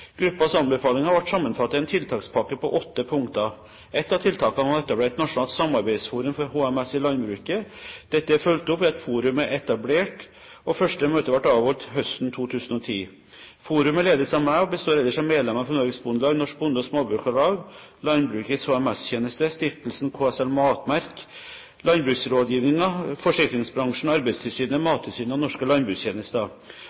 Gruppens anbefalinger ble sammenfattet i en tiltakspakke på åtte punkter. Et av tiltakene var å etablere et nasjonalt samarbeidsforum for HMS i landbruket. Dette er fulgt opp ved at forumet er etablert, og første møte ble avholdt høsten 2010. Forumet ledes av meg og består ellers av medlemmer fra Norges Bondelag, Norsk Bonde- og Småbrukarlag, Landbrukets HMS-tjeneste, stiftelsen KSL Matmerk, landbruksrådgivningen, forsikringsbransjen, Arbeidstilsynet,